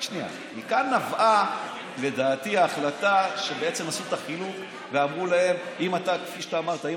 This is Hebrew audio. מכאן נבעה ההחלטה שעשו את החלוקה, כפי שאתה אמרת.